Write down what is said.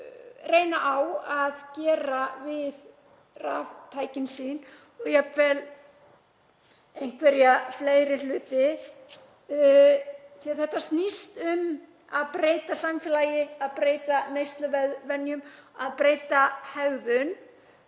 reyna á það að gera við raftækin sín og jafnvel einhverja fleiri hluti því að þetta snýst um að breyta samfélagi, breyta neysluvenjum, breyta hegðun.